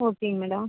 ஓகேங்க மேடம்